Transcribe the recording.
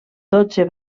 dotze